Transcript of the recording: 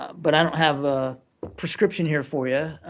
but i don't have a prescription here for yeah